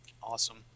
Awesome